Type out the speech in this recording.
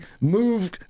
move